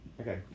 Okay